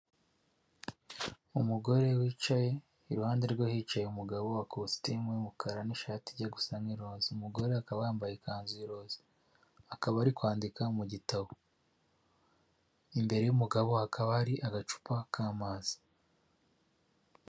Umugore wicaye iruhande rwe hicaye umugabo wa kositimu y'umukara n'ishati ijya gusa nk'iroze, umugore akaba yambaye ikanzu y'iroze. akaba ari kwandika mu gitabo, imbere y'umugabo hakaba hari agacupa k'amazi.